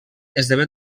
esdevé